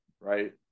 right